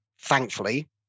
thankfully